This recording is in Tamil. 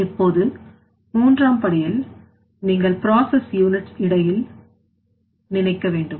இப்போது மூன்றாம் படியில் நீங்கள்process units இடையில் நினைக்க வேண்டும்